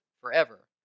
forever